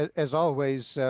as always,